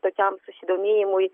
tokiam susidomėjimui